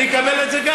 אני אקבל גם את זה.